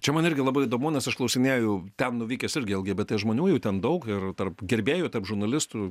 čia man irgi labai įdomu nes aš klausinėju ten nuvykęs irgi lgbt žmonių jų ten daug ir tarp gerbėjų tarp žurnalistų